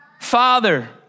Father